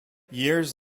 years